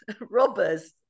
robbers